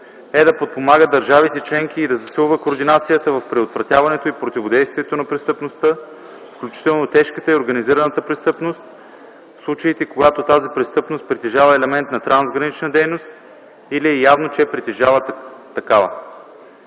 е да подпомага държавите членки и да засилва координацията в предотвратяването и противодействието на престъпността, включително тежката и организирана престъпност, в случаите, когато тази престъпност притежава елемент на трансгранична дейност или е явно, че притежава такава.